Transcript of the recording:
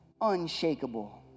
Unshakable